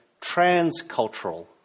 transcultural